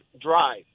drive